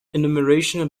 enumeration